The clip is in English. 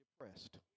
depressed